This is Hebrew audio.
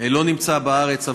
שלא נמצא בארץ.